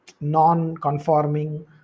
non-conforming